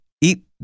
eat